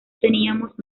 teníamos